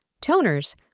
Toners